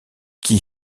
qui